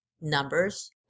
numbers